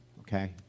okay